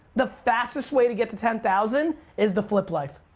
the fastest way to get to ten thousand is the flip life.